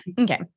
Okay